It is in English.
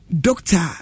doctor